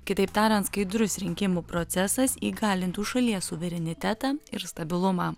kitaip tariant skaidrus rinkimų procesas įgalintų šalies suverenitetą ir stabilumą